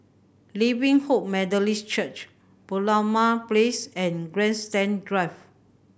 Living Hope Methodist Church Merlimau Place and Grandstand Drive